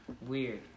Weird